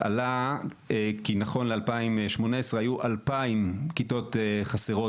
עלה כי נכון ל-2018 היו 2000 כיתות חסרות